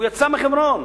הוא יצא מחברון,